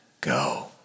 go